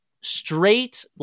straight